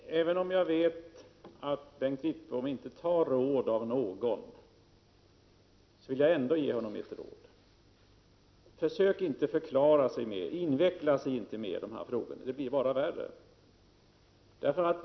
Herr talman! Även om jag vet att Bengt Wittbom inte tar råd av någon, vill jag ändå ge honom ett råd. Bengt Wittbom skall inte försöka förklara sig mer, inte inveckla sig mer i de här frågorna. Det blir bara värre.